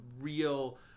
real